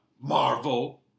Marvel